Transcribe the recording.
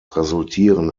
resultieren